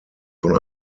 von